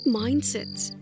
mindsets